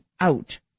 out